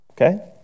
Okay